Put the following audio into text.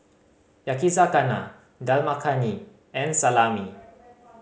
Yakizakana Dal Makhani and Salami